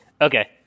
Okay